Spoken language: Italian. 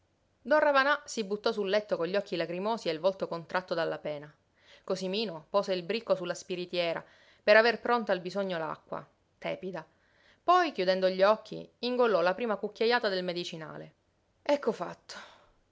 don ravanà si buttò sul letto con gli occhi lagrimosi e il volto contratto dalla pena cosimino pose il bricco su la spiritiera per aver pronta al bisogno l'acqua tepida poi chiudendo gli occhi ingollò la prima cucchiajata del medicinale ecco fatto